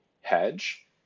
hedge